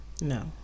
No